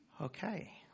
Okay